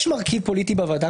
יש מרכיב פוליטי בוועדה,